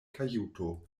kajuto